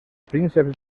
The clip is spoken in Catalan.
prínceps